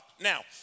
Now